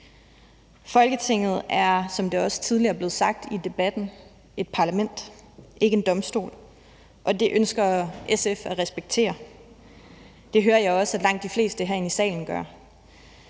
Folketinget er, som det også tidligere er blevet sagt i debatten, et parlament – ikke en domstol – og det ønsker SF at respektere. Det hører jeg også at langt de fleste her inde i salen gør.